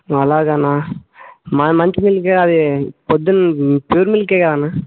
ఓ అలాగానా మరి మంచి మిల్కే అది పొద్దున్న ప్యూర్ మిల్కే కదన్నా